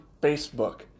Facebook